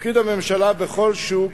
תפקיד הממשלה בכל שוק